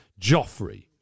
Joffrey